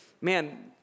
man